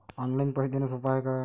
Online पैसे देण सोप हाय का?